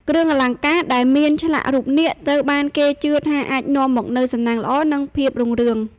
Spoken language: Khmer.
គ្រឿងអលង្ការដែលមានឆ្លាក់រូបនាគត្រូវបានគេជឿថាអាចនាំមកនូវសំណាងល្អ និងភាពរុងរឿង។